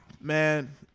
Man